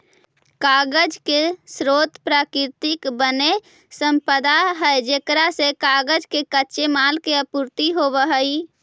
कागज के स्रोत प्राकृतिक वन्यसम्पदा है जेकरा से कागज के कच्चे माल के आपूर्ति होवऽ हई